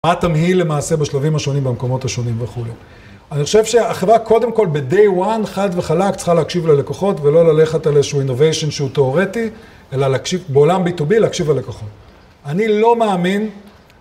מה התמהיל למעשה בשלבים השונים, במקומות השונים וכולי. אני חושב שהחברה קודם כל ב-day one חד וחלק צריכה להקשיב ללקוחות ולא ללכת על איזשהו innovation שהוא תיאורטי, אלא בעולם ביטובי להקשיב ללקוחות. אני לא מאמין...